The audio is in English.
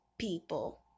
people